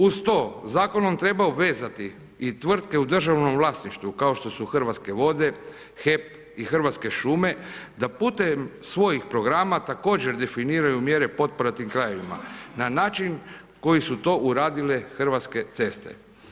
Uz to zakonom treba obvezati i tvrtke u državnom vlasništvu kao što su Hrvatske vode, HEP i Hrvatske šume da putem svoji programa također definiraju mjere potpora tim krajevima na način koji su to uradile Hrvatske ceste.